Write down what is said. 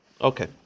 Okay